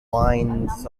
wines